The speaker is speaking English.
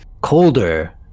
colder